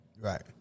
Right